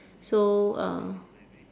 so uh